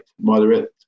moderate